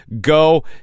go